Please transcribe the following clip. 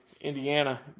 Indiana